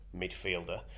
midfielder